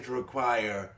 require